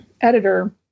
editor